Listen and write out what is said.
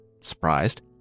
Surprised